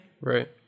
Right